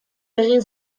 egin